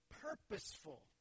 purposeful